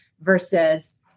versus